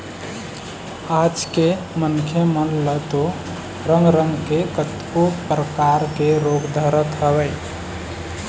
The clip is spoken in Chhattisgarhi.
आज के मनखे मन ल तो रंग रंग के कतको परकार के रोग धरत हवय